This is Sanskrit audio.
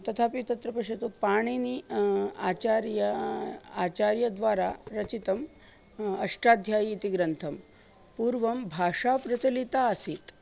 तथापि तत्र पश्यतु पाणिनिः आचार्यः आचार्यद्वारा रचितम् अष्टाध्यायी इति ग्रन्थे पूर्वं भाषा प्रचलिता आसीत्